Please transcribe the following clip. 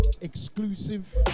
exclusive